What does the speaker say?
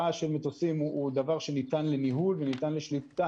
הרעש של מטוסים הוא דבר שניתן לניהול ושליטה.